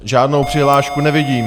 Žádnou přihlášku nevidím.